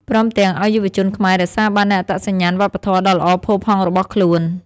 ព្រមទាំងឲ្យយុវជនខ្មែររក្សាបាននូវអត្តសញ្ញាណវប្បធម៌ដ៏ល្អផូរផង់របស់ខ្លួន។